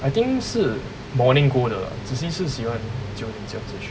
I think 是 morning go 的 lah 齐奇是喜欢早早早去